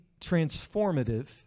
transformative